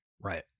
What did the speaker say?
Right